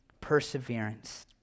Perseverance